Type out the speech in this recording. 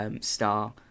star